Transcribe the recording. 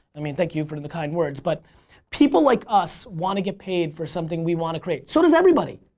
i mean thank you for the kind words. but people like us want to get paid for something we want to create. so does everybody.